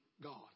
God